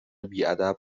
بیادب